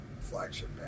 flagship